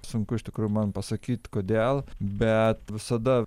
sunku iš tikrųjų man pasakyt kodėl bet visada